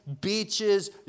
beaches